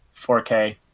4K